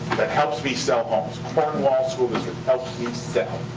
that helps me sell homes. cornwall school district helps me sell.